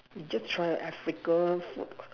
just try a Africa food